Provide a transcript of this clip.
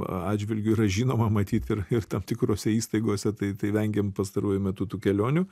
atžvilgiu yra žinoma matyt ir ir tam tikrose įstaigose tai tai vengiam pastaruoju metu tų kelionių